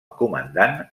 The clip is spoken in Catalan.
comandant